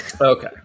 Okay